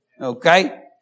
Okay